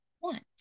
want